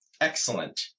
Excellent